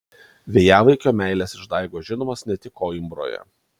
vėjavaikio meilės išdaigos žinomos ne tik koimbroje